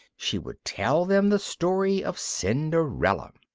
she would tell them the story of cinderella.